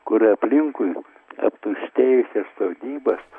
kur aplinkui aptuštėjusias sodybas